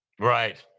Right